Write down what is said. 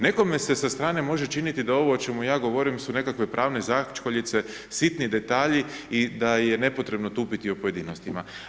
Nekome se sa strane može činiti da ovo o čemu ja govorim su nekakve pravne začkuljice, sitni detalji i da je nepotrebno tupiti o pojedinostima.